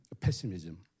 pessimism